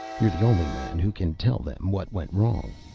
you're the only man who can tell them what went wrong.